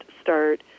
start